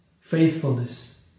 faithfulness